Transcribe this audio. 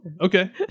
Okay